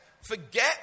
Forget